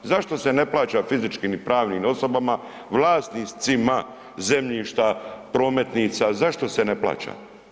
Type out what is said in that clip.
Zašto se ne plaća fizičkim i pravnim osobama, vlasnicima zemljišta, prometnica, zašto se ne plaća?